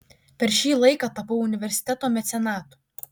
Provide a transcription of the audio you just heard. per šį laiką tapau universiteto mecenatu